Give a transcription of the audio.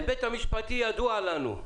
ההיבט המשפטי ידוע לנו.